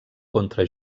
contra